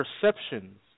perceptions